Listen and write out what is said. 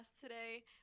today